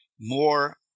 more